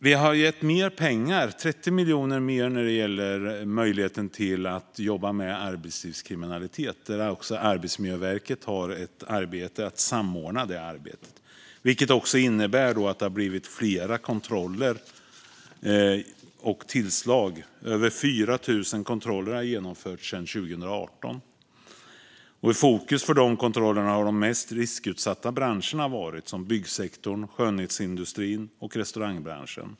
Vi har gett 30 miljoner mer när det gäller möjligheten att arbeta med arbetslivskriminalitet, och Arbetsmiljöverket har uppgiften att samordna arbetet. Det innebär att det har blivit fler kontroller och tillslag. Över 4 000 kontroller har genomförts sedan 2018. I fokus för kontrollerna har de mest riskutsatta branscherna varit, som byggsektorn, skönhetsindustrin och restaurangbranschen.